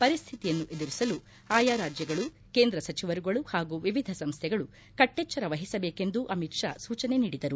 ಪರಿಸ್ಥಿತಿಯನ್ನು ಎದುರಿಸಲು ಆಯಾ ರಾಜ್ಯಗಳು ಕೇಂದ್ರ ಸಚಿವರುಗಳು ಹಾಗೂ ವಿವಿಧ ಸಂಸ್ಥೆಗಳು ಕಟ್ಟೆಚ್ಚರ ವಹಿಸಬೇಕೆಂದು ಅಮಿತ್ ಷಾ ಸೂಚನೆ ನೀಡಿದರು